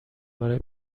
برای